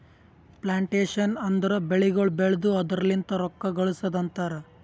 plantation ಅಂದುರ್ ಬೆಳಿಗೊಳ್ ಬೆಳ್ದು ಅದುರ್ ಲಿಂತ್ ರೊಕ್ಕ ಗಳಸದ್ ಅಂತರ್